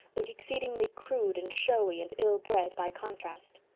look exceedingly crude and showy and ill-bred by contrast.